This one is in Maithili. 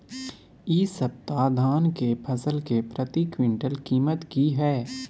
इ सप्ताह धान के फसल के प्रति क्विंटल कीमत की हय?